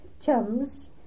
Chums